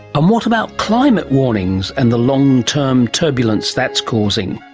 um what about climate warnings and the long-term turbulence that's causing?